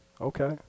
Okay